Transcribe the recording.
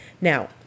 Now